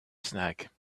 snack